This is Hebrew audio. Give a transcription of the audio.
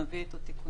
נביא את התיקונים.